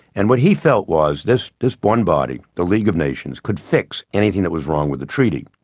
and what he felt was this this one body the league of nations could fix anything that was wrong with the treaty.